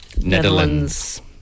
Netherlands